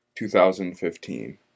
2015